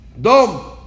dom